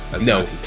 No